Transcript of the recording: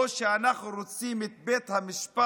או שאנחנו רוצים את בית המשפט,